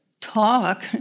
talk